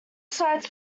sites